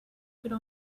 could